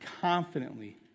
confidently